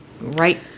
right